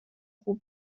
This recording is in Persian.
خوب